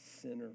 sinner